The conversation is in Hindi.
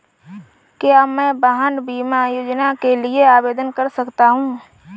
क्या मैं वाहन बीमा योजना के लिए आवेदन कर सकता हूँ?